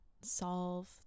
solve